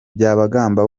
byabagamba